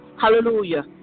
Hallelujah